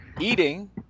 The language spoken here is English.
Eating